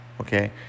okay